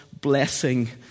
blessing